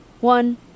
One